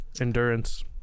endurance